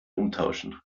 umtauschen